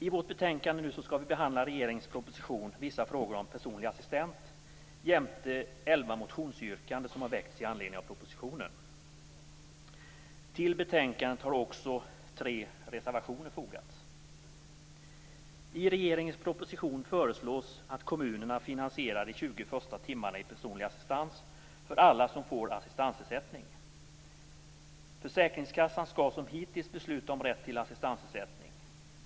I vårt betänkande behandlas regeringens proposition Vissa frågor om personlig assistans jämte elva motionsyrkanden som har väckts med anledning av propositionen. Till betänkandet har också tre reservationer fogats. I regeringens proposition föreslås att kommunerna finansierar de 20 första timmarna av personlig assistans för alla som får assistansersättning. Försäkringskassan skall som hittills fatta beslut om rätt till assistansersättning.